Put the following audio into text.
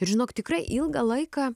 ir žinok tikrai ilgą laiką